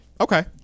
Okay